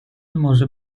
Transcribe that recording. może